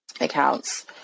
accounts